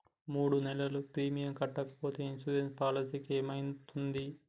మూడు నెలలు ప్రీమియం కట్టకుంటే ఇన్సూరెన్స్ పాలసీకి ఏమైతది?